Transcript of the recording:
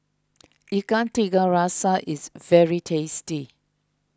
Ikan Tiga Rasa is very tasty